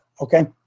okay